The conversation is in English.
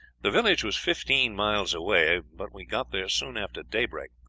the village was fifteen miles away, but we got there soon after daybreak,